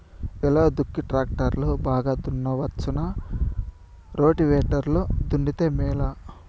ఎలా దుక్కి టాక్టర్ లో బాగా దున్నవచ్చునా రోటివేటర్ లో దున్నితే మేలా?